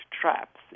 traps